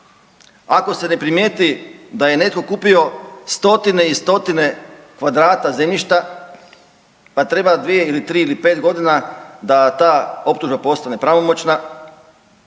ako se na primijeti da je netko kupio stotine i stotine kvadrata zemljišta pa treba 2 ili 3 ili 5 godina da ta optužba postane pravomoćna,